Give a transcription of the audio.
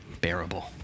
bearable